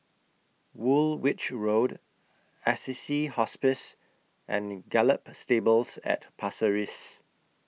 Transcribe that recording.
Woolwich Road Assisi Hospice and Gallop Stables At Pasir Riss